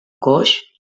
coix